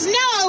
no